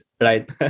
right